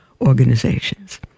organizations